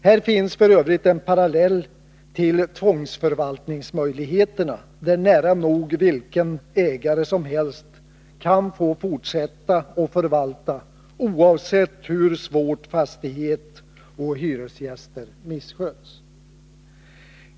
Här finns f. ö. en parallell till tvångsförvaltningsmöjligheterna, där nära nog vilken ägare som helst kan få fortsätta att förvalta, oavsett hur svårt fastighet och hyresgäster missköts.